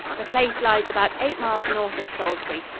the place lies about eight miles north of salisbury.